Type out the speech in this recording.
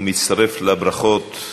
אני מצטרף לברכות,